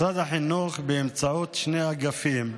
משרד החינוך, באמצעות שני אגפים,